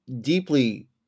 deeply